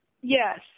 Yes